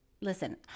listen